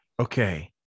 Okay